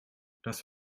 das